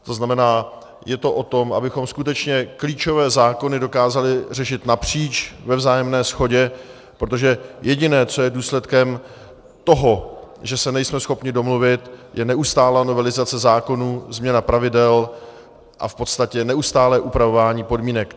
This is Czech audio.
To znamená, je to o tom, abychom skutečně klíčové zákony dokázali řešit napříč ve vzájemné shodě, protože jediné, co je důsledkem toho, že se nejsme schopni domluvit, je neustálá novelizace zákonů, změna pravidel a v podstatě neustálé upravování podmínek.